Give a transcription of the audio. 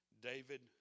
David